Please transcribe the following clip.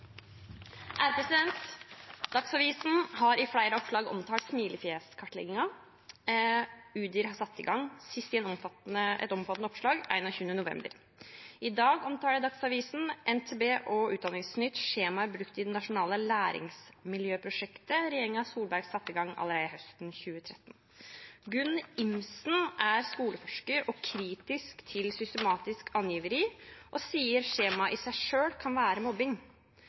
Dagsavisen har i flere oppslag omtalt smilefjeskartleggingen Udir har satt i gang, sist i et omfattende oppslag 21. november. I dag omtaler Dagsavisen, NTB og Utdanningsnytt skjemaet brukt i det nasjonale læringsmiljøprosjektet regjeringen Solberg satte i gang allerede høsten 2013. Gunn Imsen er skoleforsker og kritisk til «systematisk angiveri», og sier at skjemaet i seg selv kan være mobbing.